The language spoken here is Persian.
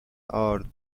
ارد